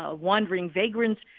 ah wandering vagrants.